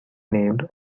named